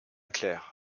clerc